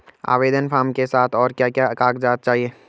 आवेदन फार्म के साथ और क्या क्या कागज़ात चाहिए?